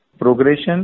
progression